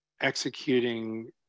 Executing